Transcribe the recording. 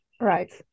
right